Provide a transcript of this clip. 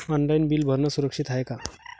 Online bill भरनं सुरक्षित हाय का?